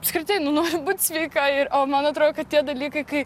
apskritai nu noriu būt sveika o man atrodo kad tie dalykai kai